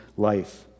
life